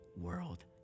world